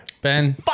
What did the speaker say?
Ben